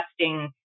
testing